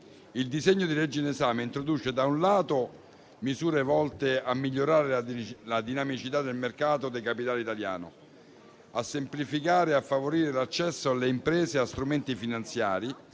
Il disegno di legge in esame introduce, da un lato, misure volte a migliorare la dinamicità del mercato italiano dei capitali, a semplificare e a favorire l'accesso alle imprese e a strumenti finanziari,